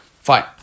Fine